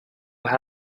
and